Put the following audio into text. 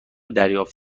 دریافت